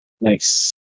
Nice